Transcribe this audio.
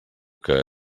que